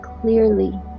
clearly